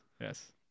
Yes